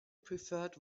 preferred